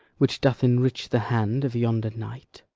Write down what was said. which doth enrich the hand of yonder knight?